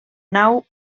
nau